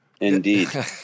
Indeed